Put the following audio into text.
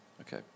Okay